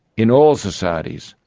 in all societies,